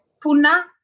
Puna